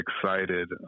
excited